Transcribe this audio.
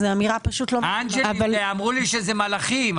אנג'לים הם מלאכים.